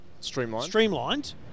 streamlined